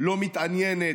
לא מתעניינת.